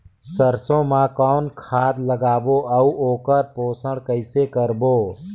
सरसो मा कौन खाद लगाबो अउ ओकर पोषण कइसे करबो?